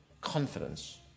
confidence